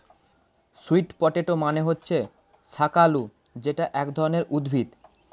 sweet potato মানে হচ্ছে শাকালু যেটা এক ধরনের উদ্ভিদ